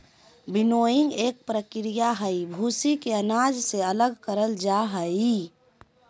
winnowing एक प्रक्रिया हई, भूसी के अनाज से अलग करल जा हई